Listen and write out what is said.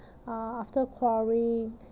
uh after quarreling